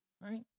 right